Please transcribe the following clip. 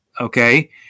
okay